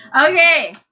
Okay